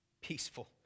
peaceful